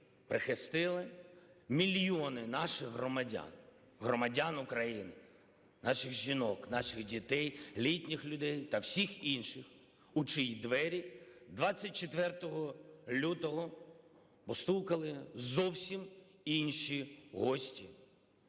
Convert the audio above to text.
прихистили мільйони наших громадян, громадян України: наших жінок, наших дітей, літніх людей та всіх інших, у чиї двері 24 лютого постукали зовсім інші гості.